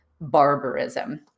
barbarism